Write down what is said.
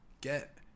Get